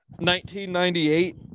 1998